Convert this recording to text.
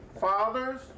fathers